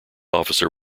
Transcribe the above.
officer